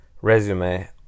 resume